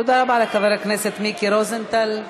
תודה לחבר הכנסת מיקי רוזנטל.